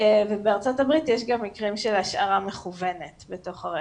בארצות הברית יש גם מקרים של השארה מכוונת בתוך הרכב,